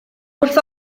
wrth